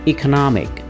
Economic